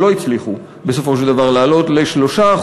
ולא הצליחו בסופו של דבר להעלות ל-3%.